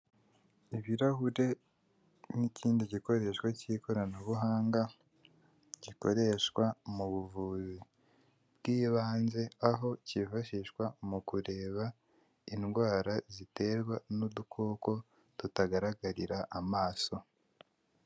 Ibirahure n'ikindi gikoreshwa cy'ikoranabuhanga gikoreshwa mu buvuzi bw'ibanze aho cyifashishwa mu kureba indwara ziterwa n'udukoko tutagaragarira amaso.